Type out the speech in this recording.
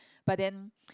but then